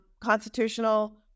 constitutional